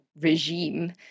regime